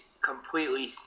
completely